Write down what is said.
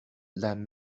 led